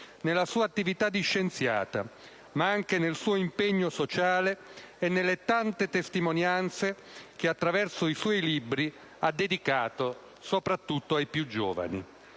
nella sua attività di scienziata, ma anche nel suo impegno sociale e nelle tante testimonianze che, attraverso i suoi libri, ha dedicato soprattutto ai più giovani.